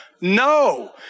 No